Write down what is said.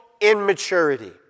immaturity